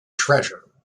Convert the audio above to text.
treasure